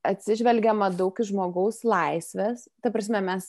atsižvelgiama daug į žmogaus laisves ta prasme mes